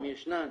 אם ישנן,